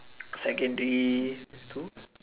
secondary two